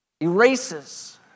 erases